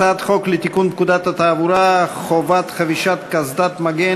הצעת חוק לתיקון פקודת התעבורה (חובת חבישת קסדת מגן